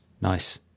Nice